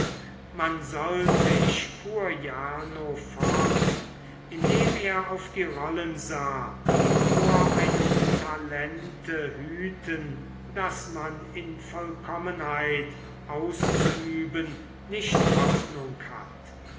man soll sich fuhr jarno fort indem er auf die rolle sah vor einem talente hüten das man in vollkommenheit auszuüben nicht hoffnung hat